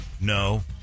No